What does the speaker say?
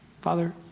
Father